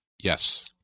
Yes